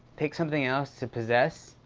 pick something else to possess?